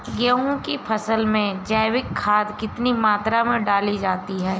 गेहूँ की फसल में जैविक खाद कितनी मात्रा में डाली जाती है?